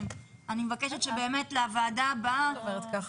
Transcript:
אני מבקשת שלישיבה הבאה --- למה את אומרת את זה?